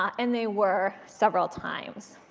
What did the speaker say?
and they were, several times.